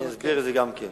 אסביר גם את זה.